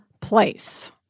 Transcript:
place